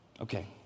Okay